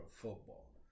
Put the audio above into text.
football